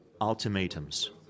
ultimatums